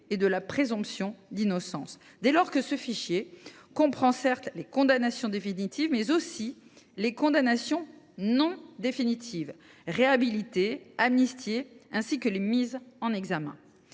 et de la présomption d’innocence, dès lors que ce fichier comprend non seulement les condamnations définitives, mais aussi les condamnations non définitives, réhabilitées et amnistiées, ainsi que les mises en examen.